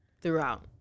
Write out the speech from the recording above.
Throughout